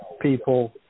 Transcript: people